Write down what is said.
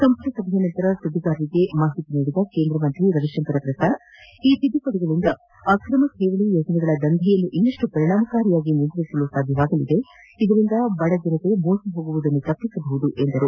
ಸಂಪುಟ ಸಭೆಯ ನಂತರ ಸುದ್ದಿಗಾರರಿಗೆ ವಿವರ ನೀಡಿದ ಕೇಂದ್ರ ಸಚಿವ ರವಿಶಂಕರ್ ಪ್ರಸಾದ್ ಈ ತಿದ್ದುಪಡಿಗಳಿಂದ ಅಕ್ರಮ ಠೇವಣಿ ಯೋಜನೆಗಳ ದಂಧೆಯನ್ನು ಇನ್ನಷ್ನು ಪರಿಣಾಮಕಾರಿಯಾಗಿ ನಿಯಂತ್ರಿಸಲು ಸಾಧ್ಯವಾಗಲಿದೆ ಮತ್ತು ಇದರಿಂದ ಬಡಜನರು ಮೋಸ ಹೋಗುವುದನ್ನು ತಪ್ಸಿಸಬಹುದಾಗಿದೆ ಎಂದರು